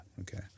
Okay